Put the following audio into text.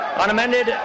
unamended